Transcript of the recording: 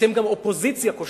אתם גם אופוזיציה כושלת,